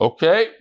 Okay